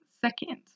Second